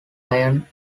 iron